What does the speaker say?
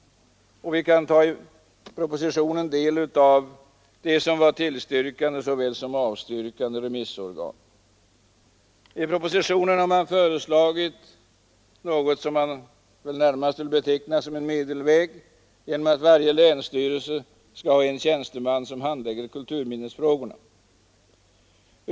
Vi kan i propositionen ta del av yttranden från såväl tillstyrkande som avstyrkande remissorgan. I propositionen har man föreslagit något som väl närmast kan betecknas som en medelväg, nämligen att i varje länsstyrelse skall finnas en tjänsteman som handlägger kulturminnesvårdsfrågorna.